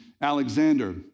Alexander